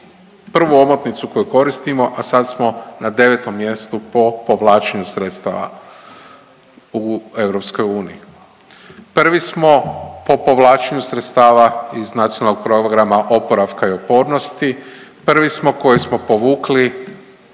prvu omotnicu koju koristimo, a sad smo na 9 mjestu po povlačenju sredstava u EU. Prvi smo po povlačenju sredstava iz Nacionalnog programa oporavka i otpornosti, prvi smo koji smo povukli